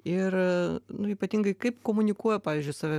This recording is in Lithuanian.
ir nu ypatingai kaip komunikuoja pavyzdžiui save